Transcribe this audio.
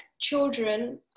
children